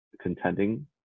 contending